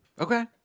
Okay